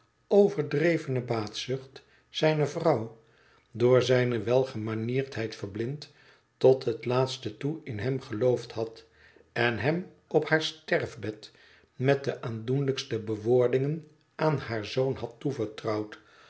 overdrevene baatzucht zijne vrouw door zijne welgemanierdheid verblind tot het laatste toe in hem geloofd had en hem op haar sterfbed met de aandoenlijkste bewoordingen aan haar zoon had toevertrouwd